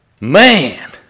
Man